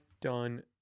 done